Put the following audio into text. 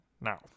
Now